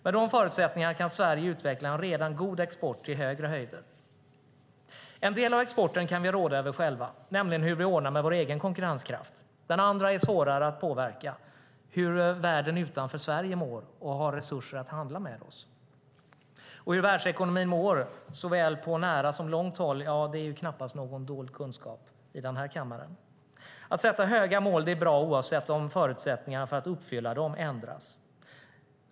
Med de förutsättningarna kan Sverige utveckla en redan god export till högre höjder. En del av exporten kan vi råda över själva, nämligen hur vi ordnar med vår egen konkurrenskraft. Den andra är svårare att påverka, hur världen utanför Sverige mår och har resurser att handla med oss. Hur världsekonomin mår såväl på nära som på långt håll är knappast någon dold kunskap i den här kammaren. Att sätta höga mål är bra oavsett om förutsättningarna för att uppfylla dem ändras.